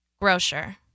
Grocer